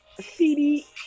CD